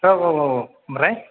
औ औ औ औ ओमफ्राय